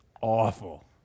awful